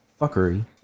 fuckery